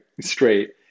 straight